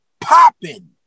popping